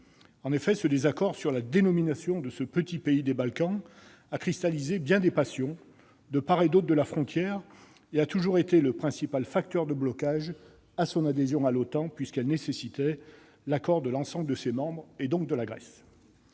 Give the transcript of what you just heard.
Macédoine. Ce désaccord sur la dénomination de ce petit pays des Balkans a cristallisé bien des passions, de part et d'autre de la frontière, et a toujours été le principal facteur de blocage de son adhésion à l'OTAN, adhésion qui nécessitait l'accord de l'ensemble des membres de l'organisation, donc de la Grèce.